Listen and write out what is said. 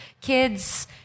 kids